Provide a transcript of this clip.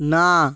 না